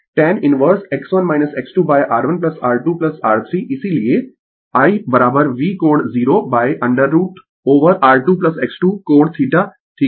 Tan inverse X1 X2R1R2R3 इसीलिये I V कोण 0 √ over R2X2 कोण θ ठीक है